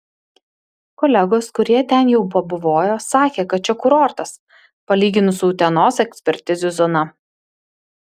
kolegos kurie ten jau pabuvojo sakė kad čia kurortas palyginus su utenos ekspertizių zona